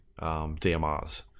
DMRs